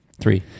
Three